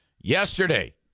Yesterday